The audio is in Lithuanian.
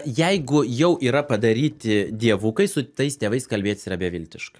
jeigu jau yra padaryti dievukai su tais tėvais kalbėtis yra beviltiška